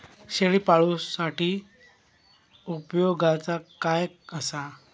शेळीपाळूसाठी उपयोगाचा काय असा?